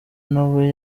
nawe